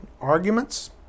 arguments